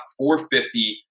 450